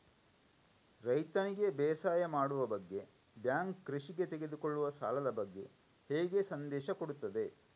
ರೈತನಿಗೆ ಬೇಸಾಯ ಮಾಡುವ ಬಗ್ಗೆ ಬ್ಯಾಂಕ್ ಕೃಷಿಗೆ ತೆಗೆದುಕೊಳ್ಳುವ ಸಾಲದ ಬಗ್ಗೆ ಹೇಗೆ ಸಂದೇಶ ಕೊಡುತ್ತದೆ?